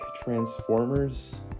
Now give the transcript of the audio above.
Transformers